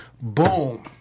Boom